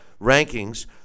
rankings